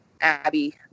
Abby